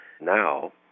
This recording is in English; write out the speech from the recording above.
now